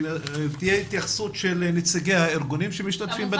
תהיה התייחסות של נציגי הארגונים שמשתתפים בדיון.